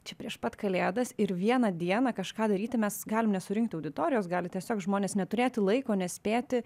čia prieš pat kalėdas ir vieną dieną kažką daryti mes galim nesurinkt auditorijos gali tiesiog žmonės neturėti laiko nespėti